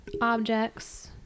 objects